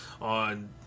on